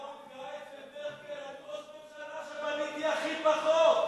נתניהו התגאה אצל מרקל: אני ראש ממשלה שבנה הכי פחות.